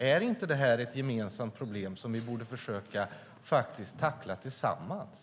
Är inte det här ett gemensamt problem som vi borde försöka tackla tillsammans?